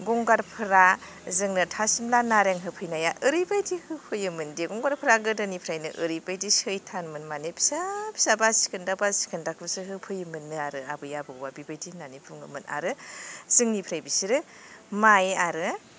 गंगारफोरा जोंनो थासिमला नारें होफैनाया ओरैबायदि होफैयोमोनदि गंगारफ्रा गोदोनिफ्रायनो ओरैबायदि सैथानमोन मानि फिसा फिसा बासिखोन्दा बासि खोन्दाखौसो होफैयोमोन नो आरो आबै आबौआ बेबायदि होननानै बुङोमोन आरो जोंनिफ्राय बिसोरो माइ आरो